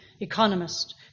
Economist